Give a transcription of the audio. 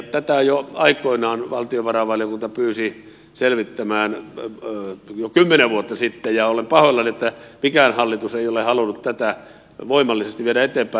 tätä aikoinaan valtiovarainvaliokunta pyysi selvittämään jo kymmenen vuotta sitten ja olen pahoillani että mikään hallitus ei ole halunnut tätä voimallisesti viedä eteenpäin